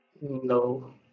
No